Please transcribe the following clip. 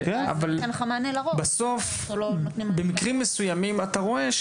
אבל בסוף במקרים מסוימים אתה רואה,